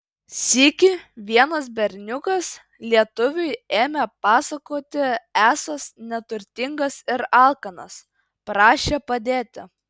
sykį vienas berniukas lietuviui ėmė pasakoti esąs neturtingas ir alkanas prašė padėti